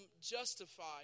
justified